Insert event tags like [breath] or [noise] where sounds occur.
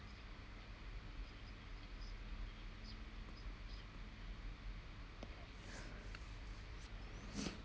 [breath]